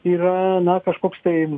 yra na kažkoks tai